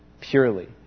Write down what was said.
purely